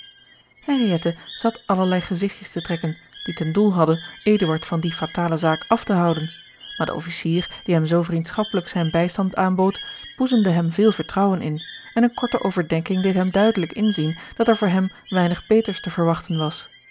zat allerlei gezigtjes te trekken die ten doel hadden eduard van die fatale zaak af te houden maar de officier die hem zoo vriendschappelijk zijn bijstand aanbood boezemde hem veel vertrouwen in en eene korte overdenking deed hem duidelijk inzien dat er voor hem weinig beters te verwachten was